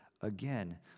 again